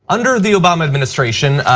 under the obama administration,